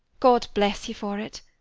god bless you for it.